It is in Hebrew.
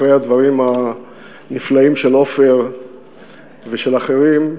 אחרי הדברים הנפלאים של עפר ושל אחרים: